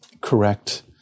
correct